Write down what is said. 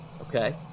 okay